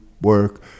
work